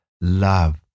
love